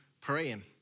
praying